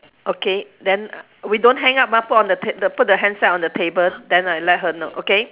okay then we don't hang up ah put on the ta~ put the handset on the table then I let her know okay